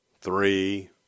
three